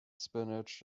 spinach